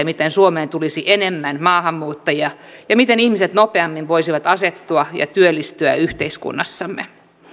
miten suomeen tulisi enemmän maahanmuuttajia ja miten ihmiset nopeammin voisivat asettua ja työllistyä yhteiskunnassamme